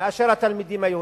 מאשר התלמידים היהודים.